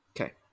Okay